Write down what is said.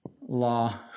law